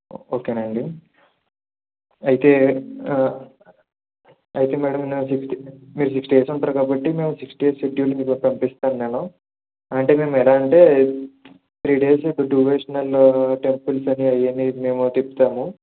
ఓకేనా అండి అయితే అయితే మేడం మీరు సిక్స్ డేస్ ఉంటారు కాబట్టి సిక్స్ డేస్ షెడ్యూల్ మీకు పంపిస్తాను నేను అంటే మేము ఎలా అంటే త్రీ డేస్ డివోషనల్ టెంపుల్స్ అని అవని ఇవని మేము తిప్పుతాము